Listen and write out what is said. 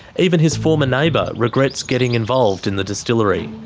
even his former neighbour regrets getting involved in the distillery.